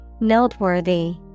Noteworthy